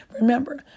Remember